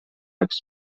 فکس